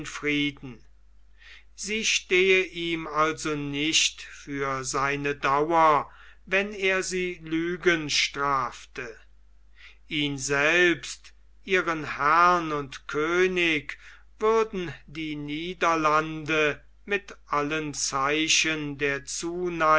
frieden sie stehe ihm also nicht für seine dauer wenn er sie lügen strafe ihn selbst ihren herrn und könig würden die niederlande mit allen zeichen der